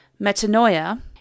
Metanoia